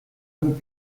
vous